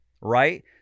right